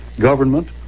government